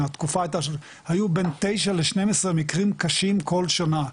זאת אומרת היו בין תשעה ל-12 מקרים קשים כל שנה,